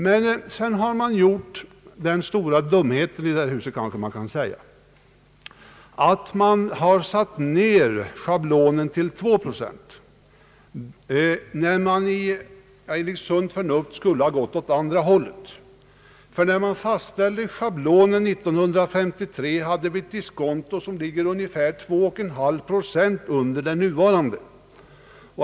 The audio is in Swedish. Sedan har man i detta hus gjort den stora dumheten, kanske man kan säga, att man satt ned schablonsiffran till 2 procent, när man enligt sunt förnuft i stället borde ha gått åt andra hållet. När schablonen fastställdes år 1953 låg diskontot ungefär 2,5 procent un der det nuvarande.